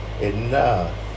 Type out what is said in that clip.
enough